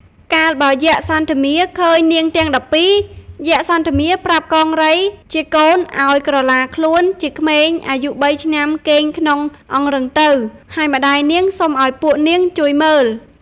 កាលបើយក្ខសន្ធរមារឃើញនាងទាំង១២ យក្ខសន្ធមារប្រាប់កង្រីជាកូនឲ្យក្រឡាខ្លួនជាក្មេងអាយុ៣ឆ្នាំគេងក្នុងអង្រឹងទៅ ហើយម្តាយនាងសុំឲ្យពួកនាងជួយមើល។